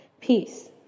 Peace